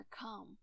come